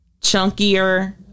chunkier